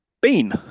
Bean